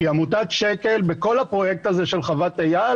כי את עמותת שק"ל בכל הפרויקט הזה של חוות אייל